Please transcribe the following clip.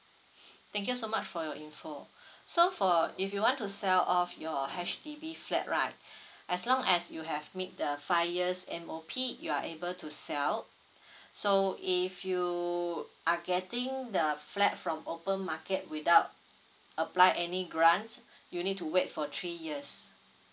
thank you so much for your info so for if you want to sell off your H_D_B flat right as long as you have made the five years M_O_P you are able to sell so if you are getting the flat from open market without apply any grant you need to wait for three years